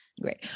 great